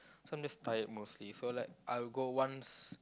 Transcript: so I'm just tired mostly so like I'll go once